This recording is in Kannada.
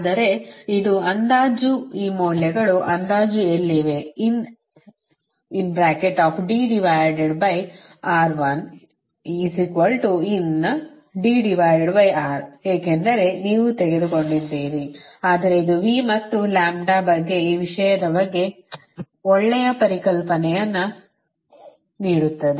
ಆದರೆ ಇದು ಅಂದಾಜು ಈ ಮೌಲ್ಯಗಳು ಅಂದಾಜು ಎಲ್ಲಿವೆ ಏಕೆಂದರೆ ನೀವು ತೆಗೆದುಕೊಂಡಿದ್ದೀರಿ ಆದರೆ ಇದು v ಮತ್ತು ಲ್ಯಾಂಬ್ಡಾ ಬಗ್ಗೆ ಈ ವಿಷಯದ ಬಗ್ಗೆ ಒಳ್ಳೆಯ ಕಲ್ಪನೆಯನ್ನು ನೀಡುತ್ತದೆ